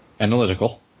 Analytical